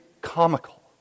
comical